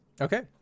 Okay